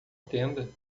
tenda